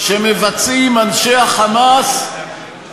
שמבצעים אנשי ה"חמאס"